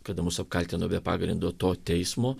kada mus apkaltino be pagrindo to teismo